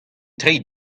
treiñ